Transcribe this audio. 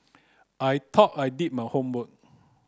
I thought I did my homework